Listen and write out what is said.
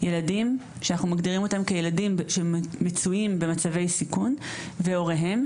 ילדים שאנחנו מגדירים אותם כילדים שמצויים במצבי סיכון והוריהם,